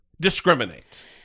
discriminate